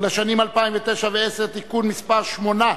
לשנים 2009 ו-2010) (תיקון מס' 7),